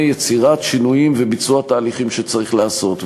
יצירת שינויים וביצוע תהליכים שצריך לעשות.